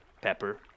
Pepper